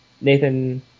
Nathan